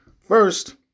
First